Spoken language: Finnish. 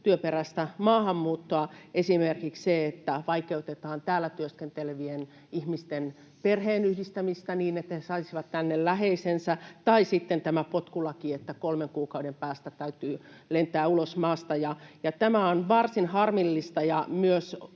työperäistä maahanmuuttoa, esimerkiksi se, että vaikeutetaan täällä työskentelevien ihmisten perheenyhdistämistä niin, että he saisivat tänne läheisensä, tai sitten tämä potkulaki, että kolmen kuukauden päästä täytyy lentää ulos maasta. Tämä on varsin harmillista ja myös